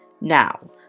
Now